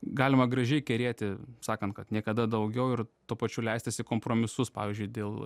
galima gražiai kerėti sakant kad niekada daugiau ir tuo pačiu leistis į kompromisus pavyzdžiui dėl